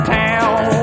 town